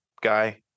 guy